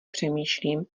přemýšlím